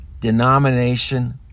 denomination